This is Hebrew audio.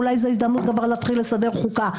אולי זאת הזדמנות להתחיל לסדר חוקה.